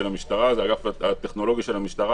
זה אגף טכנולוגיה של המשטרה,